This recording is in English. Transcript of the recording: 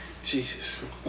Jesus